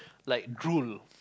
like drool